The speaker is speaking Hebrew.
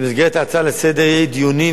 במסגרת ההצעה לסדר-היום יהיו דיונים,